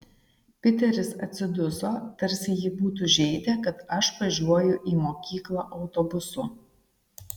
piteris atsiduso tarsi jį būtų žeidę kad aš važiuoju į mokyklą autobusu